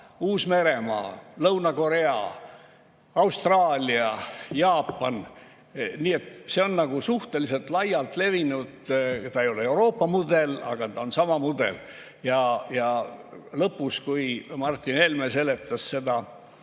Uus-Meremaa, Lõuna-Korea, Austraalia ja Jaapan. Nii et see on suhteliselt laialt levinud, see ei ole Euroopa mudel, aga see on sama mudel. Lõpus Martin Helme seletas